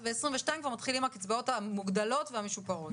וב-22' כבר מתחילות הקצבאות המוגדלות והמשופרות.